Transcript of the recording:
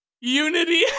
Unity